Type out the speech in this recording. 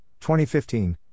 2015